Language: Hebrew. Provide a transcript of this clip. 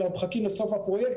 אלא מחכים לסוף הפרוייקט,